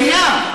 שנייה,